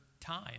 time